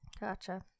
Gotcha